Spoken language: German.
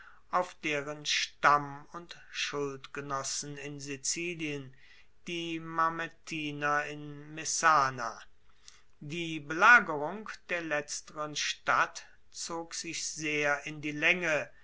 auf deren stamm und schuldgenossen in sizilien die mamertiner in messana die belagerung der letzteren stadt zog sich sehr in die laenge